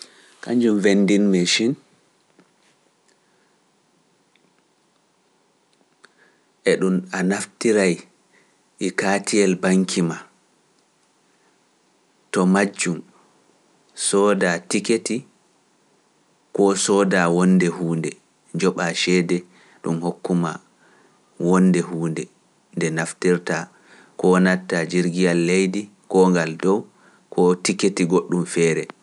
Kanjum vendin mashin. na ceede ɗum hokkata ma, wonde huunde nde naftirta, koo natta jirgiyal leydi, koo ngal dow, koo tiketi goɗɗum feere.